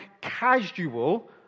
casual